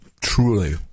truly